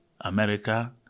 America